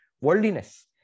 worldliness